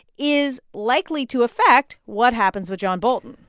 is likely to affect what happens with john bolton?